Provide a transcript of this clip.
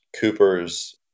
Cooper's